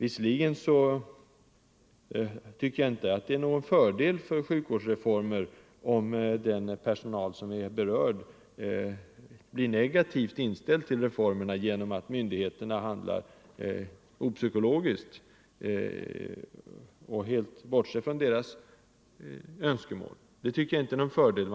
Men det kan över huvud taget aldrig vara till fördel för en sjukvårdsreform om den personal som är berörd blir negativt inställd till reformen genom att myndigheterna handlar opsykologiskt och helt bortser från personalens önskemål.